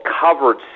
covered